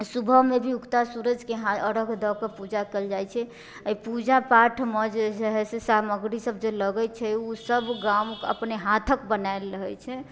सुबहमे भी उगता सूरजके अरघ दऽ कऽ पूजा कयल जाइत छै एहि पूजापाठमे जे हइ से सामग्री सब जे लगैत छै ओ सब गाम अपने हाथक बनाएल रहैत छै